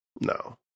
No